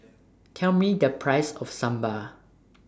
Tell Me The Price of Sambar